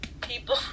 people